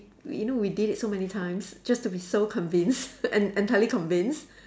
we you know we did it so many times just to be so convinced en~ entirely convinced